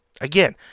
again